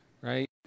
Right